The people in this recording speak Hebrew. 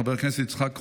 חבר הכנסת יצחק קרויזר,